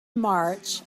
march